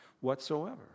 whatsoever